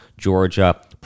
Georgia